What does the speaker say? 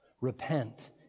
Repent